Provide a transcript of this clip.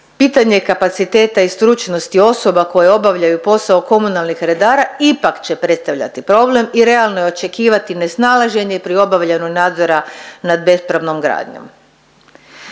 pitanje kapaciteta i stručnosti osoba koje obavljaju posao komunalnih redara ipak će predstavljati problem i realno je očekivati nesnalaženje pri obavljanju nadzora nad bespravnom gradnjom.